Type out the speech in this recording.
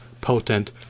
potent